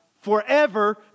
forever